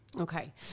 Okay